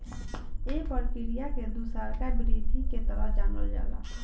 ए प्रक्रिया के दुसरका वृद्धि के तरह जानल जाला